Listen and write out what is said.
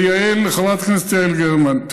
לחברת הכנסת יעל גרמן,